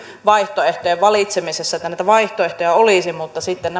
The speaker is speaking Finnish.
vaihtoehtojen valitsemisessa että näitä vaihtoehtoja olisi mutta sitten